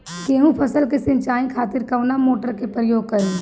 गेहूं फसल के सिंचाई खातिर कवना मोटर के प्रयोग करी?